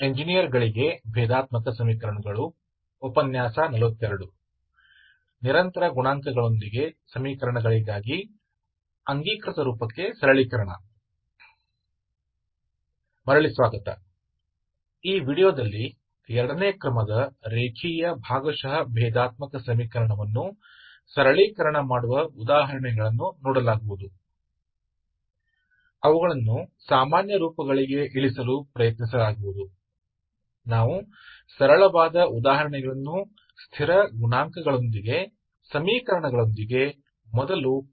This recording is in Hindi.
स्थिर गुणांक वाले समीकरणों के लिए कैनॉनिकल रूप में कमी वापस स्वागत है इसलिए इस वीडियो में दूसरे क्रम के रैखिक पार्शियल डिफरेंशियल समीकरण को कम करने के उदाहरणों पर विचार करेंगे उन्हें सामान्य रूपों में कम करने का प्रयास करेंगे इसलिए सबसे सरल उदाहरण जिन्हें हम पहले स्थिर गुणांक वाले समीकरणों के साथ मानते हैं